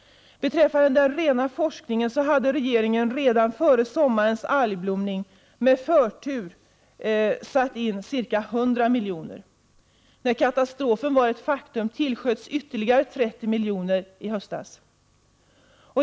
Beträffande den rena forskningen hade regeringen redan före sommarens algblomning med förtur satt in ca 100 milj.kr. När katastrofen var ett faktum tillsköts ytterligare 30 milj.kr. i höstas.